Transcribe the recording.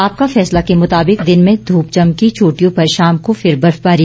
आपका फैसला के मुताबिक दिन में धूप चमकी चोटियों पर शाम को फिर बर्फबारी